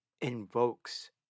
invokes